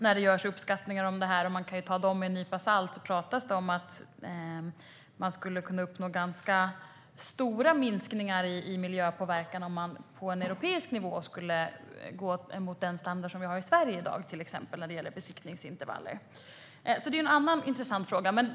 När det görs uppskattningar av det här, som kan tas med en nypa salt, pratas det om att man skulle kunna uppnå ganska stora minskningar i miljöpåverkan om man på europeisk nivå skulle gå mot den standard som vi har i Sverige i dag när det gäller till exempel besiktningsintervaller. Det är en annan intressant fråga.